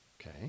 Okay